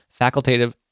facultative